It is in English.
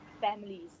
families